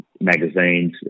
magazines